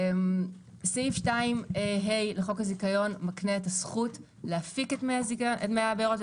סעיף 2ה לחוק הזיכיון מקנה את הזכות להפיק את דמי הבארות.